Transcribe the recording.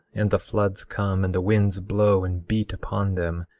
and the floods come, and the winds blow, and beat upon them,